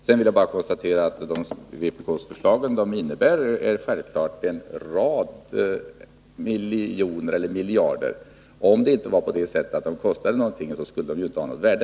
Sedan vill jag bara konstatera att vpk:s förslag självklart handlar om flera miljarder. Om de inte kostade någonting, skulle de inte ha något värde.